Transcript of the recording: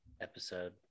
episode